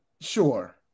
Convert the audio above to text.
sure